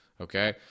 okay